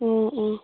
ꯑꯣ ꯑꯣ